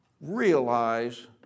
realize